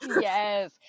Yes